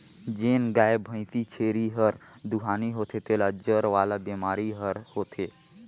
जेन गाय, भइसी, छेरी हर दुहानी होथे तेला जर वाला बेमारी हर होथे